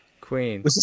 queen